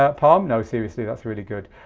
ah palm, no seriously, that's really good.